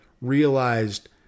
realized